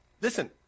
Listen